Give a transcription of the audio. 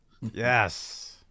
yes